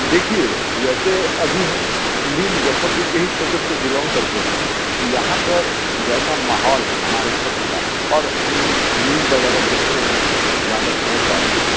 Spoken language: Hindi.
देखिए वैसे अभी हम भी मुज़फ़्फ़रपुर के ही क्षेत्र से बिलॉन्ग करते हैं यहाँ पर जैसा माहौल है हमारे क्षेत्र का और हम न्यूज वगैरह देखते हैं जहाँ तक समझ पाते हैं